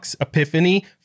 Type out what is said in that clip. Epiphany